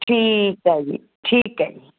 ਠੀਕ ਐ ਜੀ ਠੀਕ ਐ ਜੀ